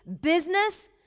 business